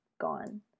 gone